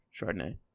Chardonnay